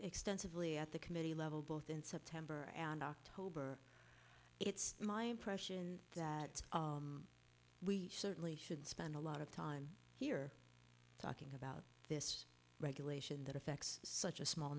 extensively at the committee level both in september and october it's my impression that we certainly should spend a lot of time here talking about this regulation that affects such a small